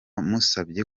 musabye